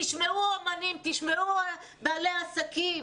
תשמעו אומנים, תשמעו בעלי עסקים.